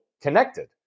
connected